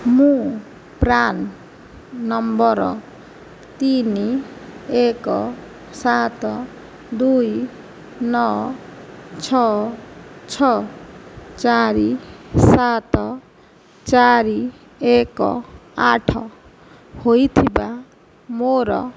ମୁଁ PRAN number ତିନି ଏକ ସାତ ଦୁଇ ନଅ ଛଅ ଛଅ ଚାରି ସାତ ଚାରି ଏକ ଆଠ ହୋଇଥିବା ମୋର